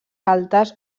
altes